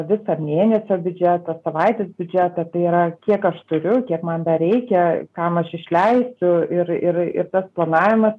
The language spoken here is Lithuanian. visą mėnesio biudžetą savaitės biudžetą tai yra kiek aš turiu kiek man dar reikia kam aš išleisiu ir ir ir tas planavimas